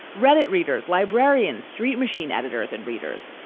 reddit readers, librarians, street machine editors and readers,